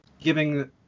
giving